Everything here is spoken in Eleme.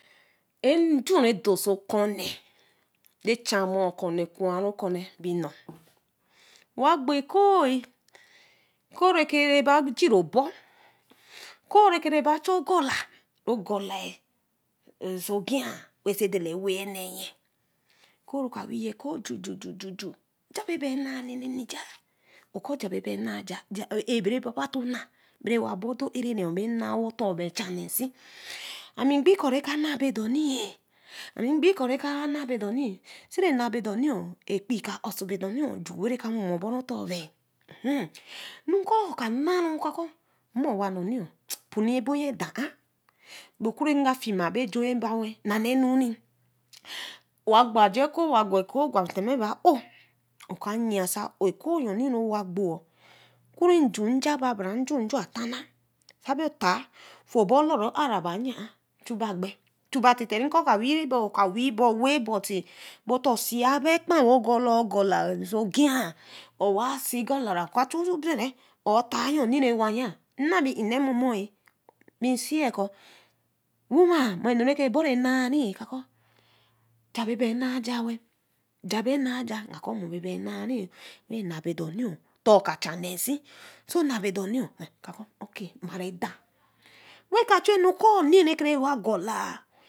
Nju redoroso kɔ̃ne yechama okç̃ne ku kɔ̃ne be nor owa gbo ɛkooh-ɛh ɛkooh re ba jiiobor ekooh reke ba chu ogola ro gola oso gwii-ɛh ɛkooh reku awii ekooh ju ju juu cha be bi naa nene jah oku jah be bi naa ɛɛh ‘a bre baba to naa bre rewa bordon ɛra-ra be naa we otorbi cha nee si ami gwi ku reka naaboroi-ɛh ami gwi ka reka naa naabori-ɛh sa naa boonee ka uso bodinee-ɛh we reka wema oboni otor bi yah ɛuu kuu ka naa-ɛh wo ka kɔ̃ wa mo-ɛh-mpoonẽ ɛboyẽẽ dor-aa be oku reka fii ma ɛjui ba aea nana ɛnu-ɛh iwa gbo ajo ɛkorh owa ogbo ɛkooh gwe tima ɛbo ‘o oka yii-ɛh so a ‘o’ ɛkooh-ɛh rowa gbo-ɛh oku njuu yaba bre njuu njo atana sa bo otae fu obor lori araba nya-ɛh chu ba gbe reka ka wii ba oka owii ba oweeh buiu bo ato si ba ɛkpa wo ogola ogila so ogwẽi rewa si gola-ɛh ka chu obere or tae yoni rewa oya naa be nene-momo-ɛh be sii ka womaa wo ɛuu rebor naa-ɛh ɛka ku ja be bi anaa jah wel jah be naa we ga kɔ̃ mo be bi a bi anna bodini otor ka cha nee si we ka ju nokuni rewa gola